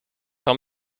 par